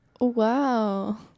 Wow